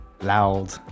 loud